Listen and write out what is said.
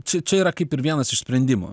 čia čia yra kaip ir vienas iš sprendimų